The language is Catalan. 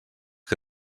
que